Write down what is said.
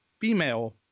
female